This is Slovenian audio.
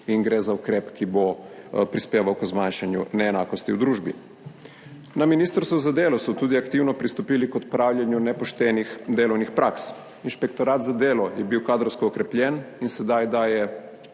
Gre za ukrep, ki bo prispeval k zmanjšanju neenakosti v družbi. Na Ministrstvu za delo so tudi aktivno pristopili k odpravljanju nepoštenih delovnih praks. Inšpektorat za delo je bil kadrovsko okrepljen in sedaj daje